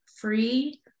free